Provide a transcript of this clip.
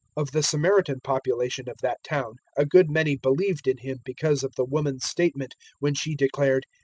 of the samaritan population of that town a good many believed in him because of the woman's statement when she declared,